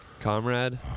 Comrade